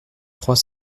trois